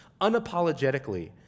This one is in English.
unapologetically